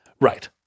Right